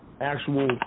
actual